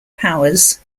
powers